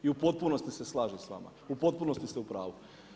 I u potpunosti se slažem s vama, u potpunosti ste u pravu.